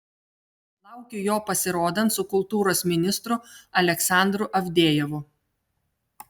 laukiu jo pasirodant su kultūros ministru aleksandru avdejevu